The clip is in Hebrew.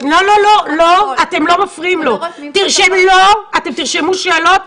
אתם לא מפריעים לו, תרשמו את השאלות.